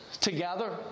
together